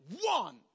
one